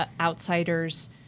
outsiders